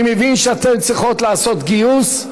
אני מבין שאתן צריכות לעשות גיוס,